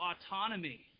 autonomy